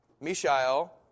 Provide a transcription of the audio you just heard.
Mishael